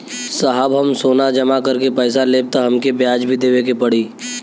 साहब हम सोना जमा करके पैसा लेब त हमके ब्याज भी देवे के पड़ी?